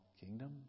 kingdom